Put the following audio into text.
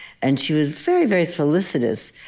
and she was very, very solicitous,